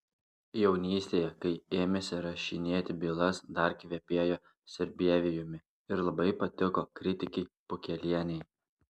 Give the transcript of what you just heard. jaunystėje kai ėmėsi rašinėti bylas dar kvepėjo sarbievijumi ir labai patiko kritikei pukelienei